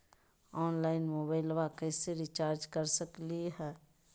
Online मोबाइलबा कैसे recharge कर सकलिए है?